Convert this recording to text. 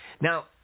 now